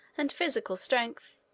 and physical strength,